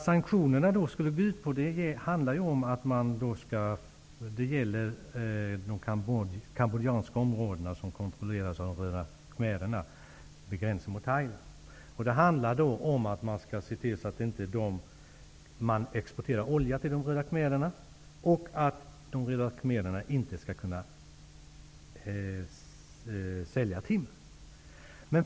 Sanktionerna gäller de kambodjanska områden som kontrolleras av de röda khmererna vid gränsen mot Thailand, och det handlar om att inte exportera olja till de röda khmererna och att dessa inte skall kunna sälja timmer.